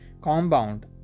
compound